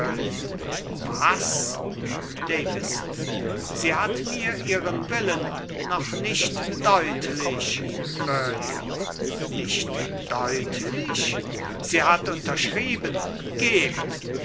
was davison sie hat mir ihren wunsch noch nicht deutlich burleigh nicht deutlich sie hat unterschrieben gebt